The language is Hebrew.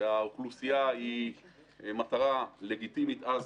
בה האוכלוסייה היא מטרה לגיטימית אז,